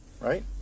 right